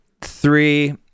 three